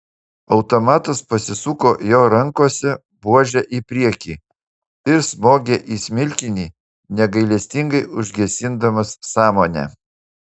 automatas pasisuko jo rankose buože į priekį ir smogė į smilkinį negailestingai užgesindamas sąmonę